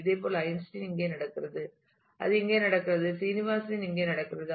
இதேபோல் ஐன்ஸ்டீன் இங்கே நடக்கிறது அது இங்கே நடக்கிறது சீனிவாசன் இங்கே நடக்கிறது